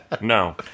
no